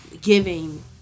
giving